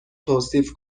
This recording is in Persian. توصیف